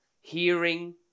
hearing